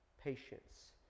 patience